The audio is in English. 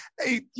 hey